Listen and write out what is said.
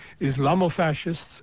Islamofascists